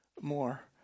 more